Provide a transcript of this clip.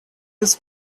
was